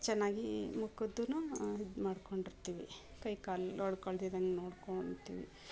ಚೆನ್ನಾಗಿ ಮುಖದ್ದು ಇದ್ಮಾಡ್ಕೊಂಡಿರ್ತೀವಿ ಕೈ ಕಾಲು ಒಡ್ಕೊಳ್ದಿದ್ದಂಗೆ ನೋಡ್ಕೊಂಡಿರ್ತೀವಿ